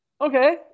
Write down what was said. okay